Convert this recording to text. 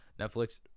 netflix